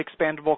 expandable